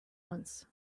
once